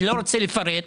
אני לא רוצה לפרט.